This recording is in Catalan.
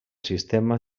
sistema